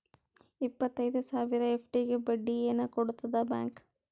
ಇಪ್ಪತ್ತೈದು ಸಾವಿರ ಎಫ್.ಡಿ ಗೆ ಬಡ್ಡಿ ಏನ ಕೊಡತದ ಬ್ಯಾಂಕ್?